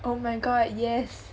oh my god yes